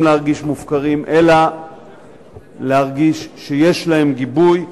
להרגיש מופקרים אלא להרגיש שיש להם גיבוי.